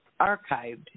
archived